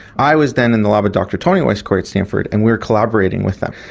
i was then in the lab of dr tony wyss-coray at stanford and we were collaborating with them.